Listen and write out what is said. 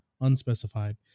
unspecified